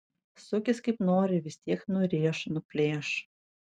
sukis kaip nori vis tiek nurėš nuplėš